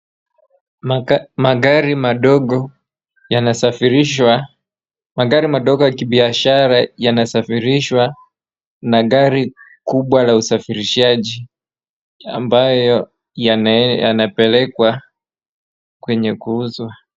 Magari madogo ya kibiashara yanasafirishwa na gari kubwa la usafirishaji, ambayo yanapelekwa kwenye kuuzwa.